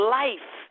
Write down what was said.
life